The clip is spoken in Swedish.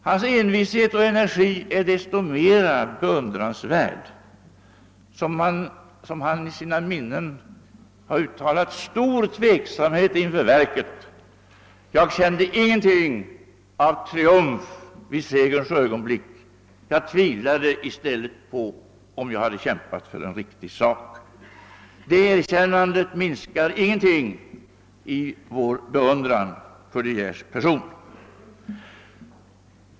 Hans envishet och energi är desto mer beundransvärda som han i sina minnen har uttalat stor tveksamhet inför verket. Han kände icke något av segerns triumf utan tvärtom en stor tvekan om han kämpat för en riktig sak. Det erkännandet minskar icke vår beundran för De Geers person.